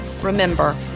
Remember